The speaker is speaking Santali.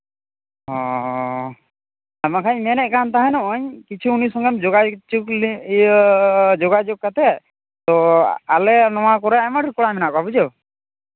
ᱚ ᱵᱟᱠᱷᱟᱱ ᱢᱮᱱᱮᱫ ᱠᱟᱱ ᱛᱟᱦᱮᱱᱚᱜ ᱠᱤᱪᱷᱩ ᱩᱱᱤ ᱥᱚᱸᱜᱮᱢ ᱡᱳᱜᱟᱡᱳᱜᱽ ᱦᱚᱪᱚᱞᱮ ᱤᱭᱟᱹ ᱡᱳᱜᱟᱡᱳᱜᱽ ᱠᱟᱛᱮᱫ ᱛᱳ ᱟᱞᱮ ᱱᱚᱣᱟ ᱠᱚᱨᱮᱫ ᱮᱢ ᱟᱭᱢᱟ ᱰᱷᱮᱨ ᱠᱚᱲᱟ ᱢᱮᱱᱟᱜ ᱠᱚᱣᱟ ᱵᱩᱡᱷᱟᱹᱣ